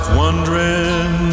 wondering